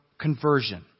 conversion